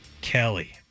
Kelly